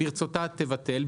ברצותה תבטל,